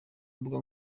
mbuga